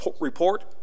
report